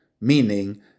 meaning